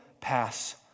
pass